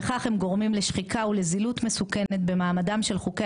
בכך הם גורמים לשחיקה ולזילות מסוכנת במעמדם של חוקי